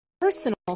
personal